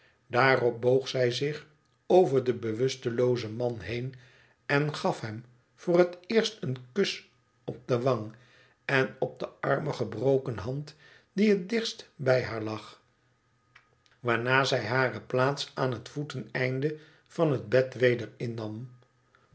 daarop boog zij zich over den bewusteloozen man heen en gaf hem voor het eerst een kus op de wangen op de arme gebroken hand die het dichtst bij haar lag waarna zij hare plaats aan het voeteneinde van het bed weder innam